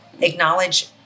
acknowledge